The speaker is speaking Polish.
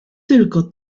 tylko